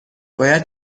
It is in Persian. باید